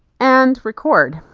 and record.